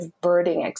birding